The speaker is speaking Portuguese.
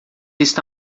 está